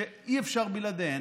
שאי-אפשר בלעדיהן,